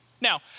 Now